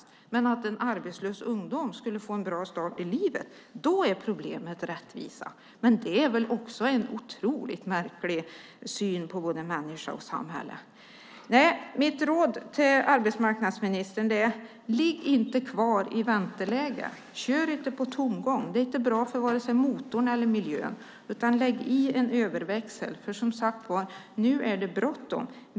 Men när det handlar om att en arbetslös ung person skulle få en bra start i livet är problemet rättvisa. Det är en otroligt märklig syn på både människa och samhälle. Mitt råd till arbetsmarknadsministern är: Ligg inte kvar i vänteläge! Kör inte på tomgång! Det är inte bra för vare sig motorn eller miljön. Lägg i en överväxel! Nu är det bråttom.